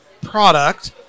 product